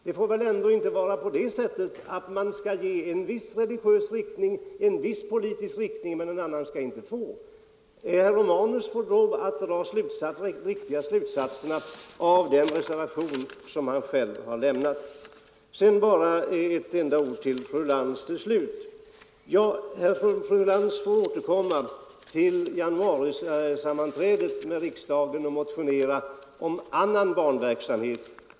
Det får väl ändå inte vara på det sättet att man skall ge en viss religiös eller politisk riktning tillstånd att bedriva förskoleverksamhet, medan en annan inte skulle få sådant tillstånd. Herr Romanus måste dra de riktiga slutsatserna av den reservation som han varit med om att avge. Till slut bara ett par ord till fru Lantz, herr talman! Fru Lantz får återkomma i januari och motionera om annan barnverksamhet.